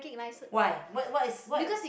why what what is what